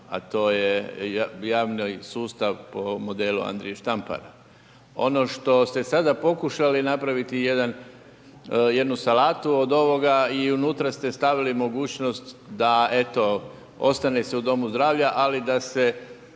a to je javni sustav po modelu Andrije Štampara. Ono što ste sada pokušali napraviti je jednu salatu od ovoga i unutra ste stavili mogućnost da eto ostane se u domu zdravlja, ali da se